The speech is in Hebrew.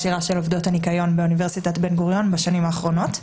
עובדות הניקיון באוניברסיטת בן-גוריון בשנים האחרונות.